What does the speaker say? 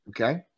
okay